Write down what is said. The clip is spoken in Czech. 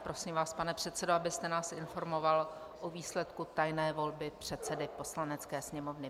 Prosím vás, pane předsedo, abyste nás informoval o výsledku tajné volby předsedy Poslanecké sněmovny.